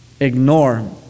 ignore